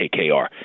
KKR